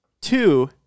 two